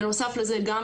זה נכון